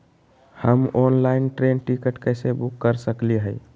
हम online train ticket कैसे book कर सकली हई?